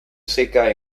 seca